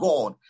God